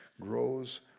grows